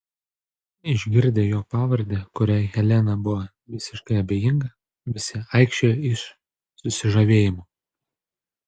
išgirdę jo pavardę kuriai helena buvo visiškai abejinga visi aikčiojo iš susižavėjimo